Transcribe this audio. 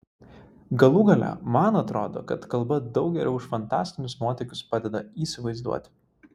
galų gale man atrodo kad kalba daug geriau už fantastinius nuotykius padeda įsivaizduoti